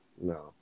no